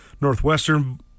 Northwestern